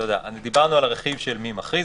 דיברנו על הרכיב של מי מכריז.